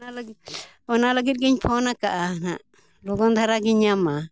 ᱚᱱᱟ ᱞᱟᱹᱜᱤᱫ ᱚᱱᱟ ᱞᱟᱹᱜᱤᱫ ᱜᱤᱧ ᱯᱷᱳᱱ ᱟᱠᱟᱜᱼᱟ ᱦᱟᱸᱜ ᱞᱚᱜᱚᱱ ᱫᱷᱟᱨᱟ ᱜᱤᱧ ᱧᱟᱢᱟ